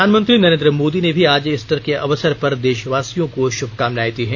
प्रधानमंत्री नरेंद्र मोदी ने भी आज ईस्टर के अवसर पर देशवासियों को शुभकामनाएं दी हैं